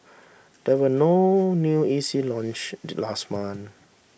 there were no new E C launch the last month